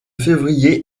février